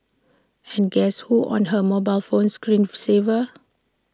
and guess who's on her mobile phone screen saver